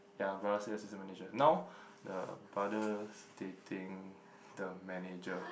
ya her brother is the assistant manager now the brothers dating the manager